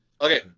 Okay